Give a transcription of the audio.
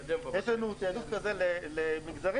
יש לנו תעדוף כזה למגזרים,